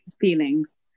feelings